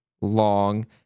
long